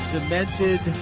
Demented